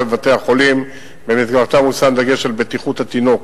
בבתי-החולים שבמסגרתה מושם דגש על בטיחות התינוק